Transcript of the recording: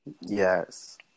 Yes